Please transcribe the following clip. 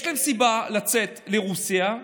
יש להם סיבה לצאת לרוסיה,